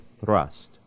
thrust